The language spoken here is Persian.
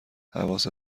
حواست